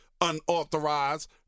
unauthorized